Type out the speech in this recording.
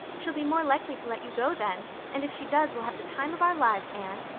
she'll be more likely to let you go then and if she does we'll have the time of our lives, anne.